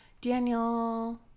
Daniel